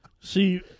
See